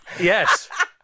yes